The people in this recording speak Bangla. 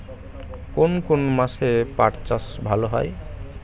কোন কোন মাসে পাট চাষ ভালো হয়?